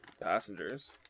passengers